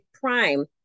Prime